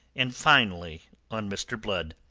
and finally on mr. blood,